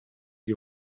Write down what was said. die